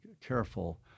careful